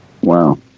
Wow